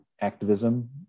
activism